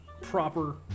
proper